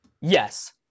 Yes